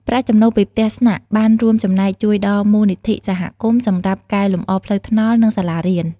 ប្រាក់ចំណូលពីផ្ទះស្នាក់បានរួមចំណែកជួយដល់ មូលនិធិសហគមន៍ សម្រាប់កែលម្អផ្លូវថ្នល់ និងសាលារៀន។